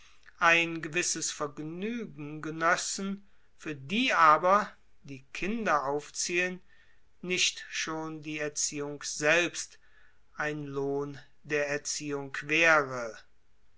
ein gewisses vergnügen genössen für die aber die kinder aufziehen nicht schon die erziehung selbst ein lohn der erziehung wäre